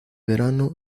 verano